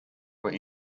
were